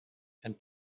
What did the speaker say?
and